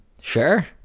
sure